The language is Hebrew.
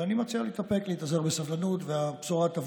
כשאני מדבר, אתה גם אומר משהו?